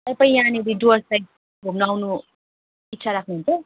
तपाईँ यहाँनेरि डुवर्स साइट घुम्नु आउनु इच्छा राख्नुहुन्छ